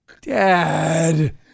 Dad